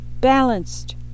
balanced